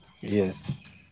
yes